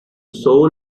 soul